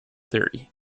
theory